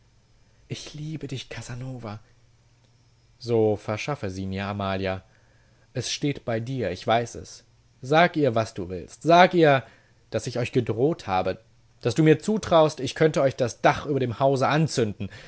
ich liebe dich casanova so verschaffe sie mir amalia es steht bei dir ich weiß es sag ihr was du willst sag ihr daß ich euch gedroht habe daß du mir zutraust ich könnte euch das dach über dem hause anzünden